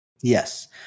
Yes